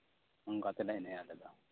ᱚᱱᱠᱟ ᱛᱮᱞᱮ ᱮᱱᱮᱡᱼᱟ ᱟᱞᱮ ᱫᱚ